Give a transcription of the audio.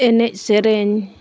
ᱮᱱᱮᱡᱼᱥᱮᱨᱮᱧ